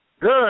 Good